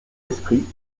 esprit